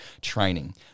training